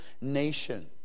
nation